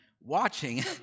watching